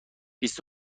بیست